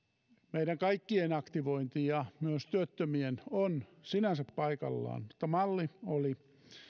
meidän kaikkien aktivointi myös työttömien on sinänsä paikallaan niin malli oli